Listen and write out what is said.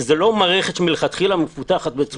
מערכת שמלכתחילה מפותחת.